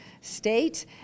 state